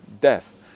death